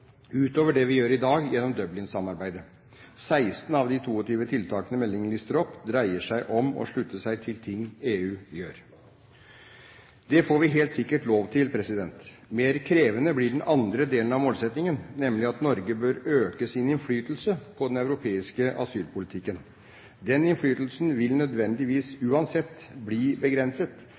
utover det vi gjør i dag gjennom Dublin-samarbeidet. 16 av de 22 tiltakene meldingen lister opp, dreier seg om å slutte seg til ting EU gjør. Det får vi helt sikkert lov til. Mer krevende blir den andre delen av målsettingen, nemlig at Norge bør øke sin innflytelse på den europeiske asylpolitikken. Den innflytelsen vil nødvendigvis uansett bli begrenset,